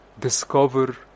discover